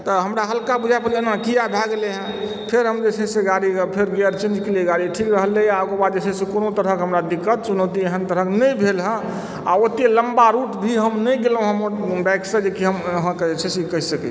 तऽ हमरा हल्का बुझा पड़लै एना किया भऽ गेलै है फेर हम जे छै से फेर गाड़ी के गियर चेन्ज केलिए गाड़ी ठीक रहले आ ओकरबाद जे छै से कोनो तरहक हमरा दिक्कत चुनौती एहन तरहक नहि भेल है आ ओत्ते लम्बा रूट भी हम नहि गेलहुॅं है बाइक सऽ जे छै कि हम अहाँकेॅं जे छै से कहि सकी